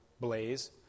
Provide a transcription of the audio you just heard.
blaze